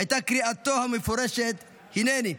הייתה קריאתו המפורשת "הינני".